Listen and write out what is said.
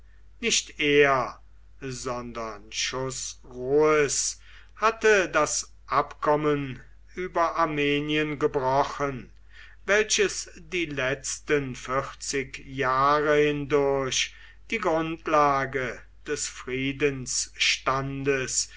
nicht er sondern chosroes hatte das abkommen über armenien gebrochen welches die letzten vierzig jahre hindurch die grundlage des friedensstandes